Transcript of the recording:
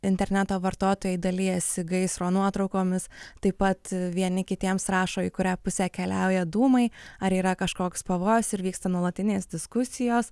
interneto vartotojai dalijasi gaisro nuotraukomis taip pat vieni kitiems rašo į kurią pusę keliauja dūmai ar yra kažkoks pavojus ir vyksta nuolatinės diskusijos